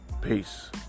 peace